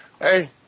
Hey